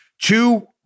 two